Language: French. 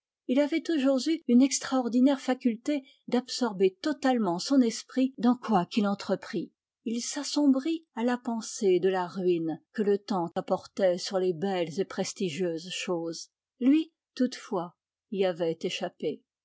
il avait toujours eu une extraordinaire faculté d'absorber totalement son esprit dans quoi qu'il entreprît il s'assombrit à la pensée de la ruine que le temps apportait sur les belles et prestigieuses choses lui toutefois y avait échappé